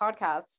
podcast